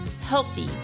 healthy